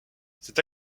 cette